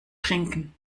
trinken